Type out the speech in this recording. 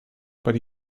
but